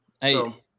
hey